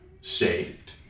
saved